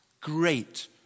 Great